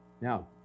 Now